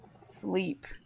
sleep